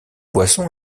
boisson